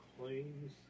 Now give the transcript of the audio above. claims